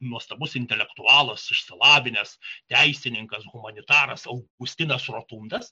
nuostabus intelektualas išsilavinęs teisininkas humanitaras augustinas rotundas